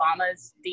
Obama's